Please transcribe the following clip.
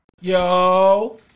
Yo